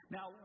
Now